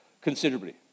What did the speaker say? considerably